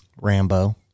Rambo